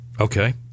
Okay